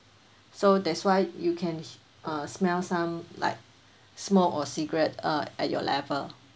so that's why you can h~ uh smell some like smoke or cigarette uh at your level